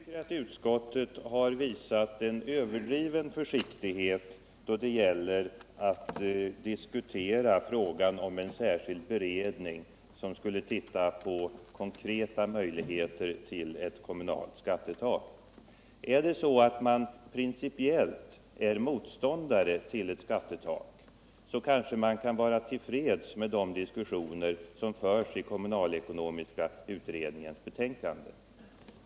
Herr talman! Jag tycker att utskottet har visat en överdriven försiktighet då det gäller att diskutera frågan om en särskild beredning, som skulle försöka finna konkreta möjligheter att införa ett kommunalt skattetak. Är det så att man principiellt är motståndare till ett skattetak, kanske man kan vara tillfreds med de diskussioner som förs i kommunalekonomiska utredningens betänkande.